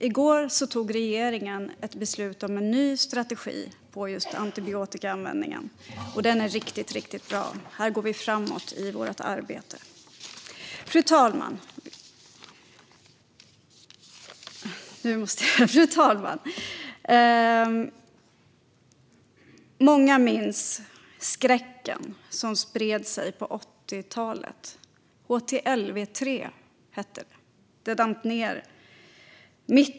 I går tog regeringen beslut om en ny strategi för antibiotikaanvändningen, och den är riktigt bra. Här går vi framåt i vårt arbete. Fru talman! Många minns skräcken som spred sig på 80-talet.